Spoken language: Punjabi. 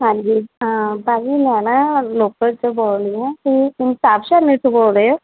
ਹਾਂਜੀ ਭਾਅ ਜੀ ਮੈਂ ਨਾ ਰੋਪੜ ਤੋਂ ਬੋਲ ਰਹੀ ਹਾਂ ਅਤੇ ਤੁਸੀਂ ਤੋਂ ਬੋਲ ਰਹੇ ਹੋ